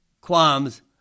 qualms